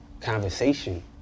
conversation